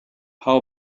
how